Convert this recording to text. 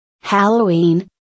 Halloween